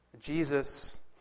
Jesus